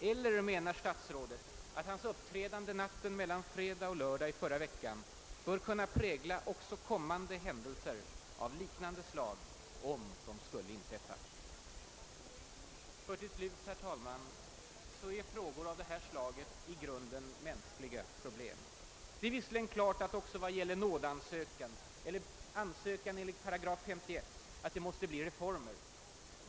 Eller menar statsrådet att hans uppträdande natten mellan fredag och lördag i förra veckan bör kunna prägla också kommande händelser av liknande slag om de skulle inträffa? Till slut är frågor av det här slaget i grunden mänskliga problem. Det är visserligen klart att reformer måste geromföras beträffande nådeansökan, eller ansökan enligt 51 §.